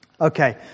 Okay